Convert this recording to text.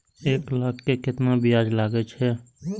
एक लाख के केतना ब्याज लगे छै?